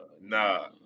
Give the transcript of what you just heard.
Nah